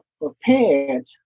prepared